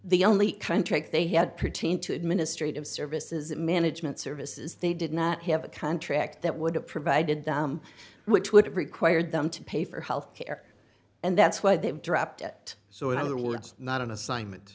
the only country they had pertain to administrative services management services they did not have a contract that would have provided them which would have required them to pay for health care and that's why they've dropped it so in other words not an assignment